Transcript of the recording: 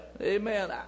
Amen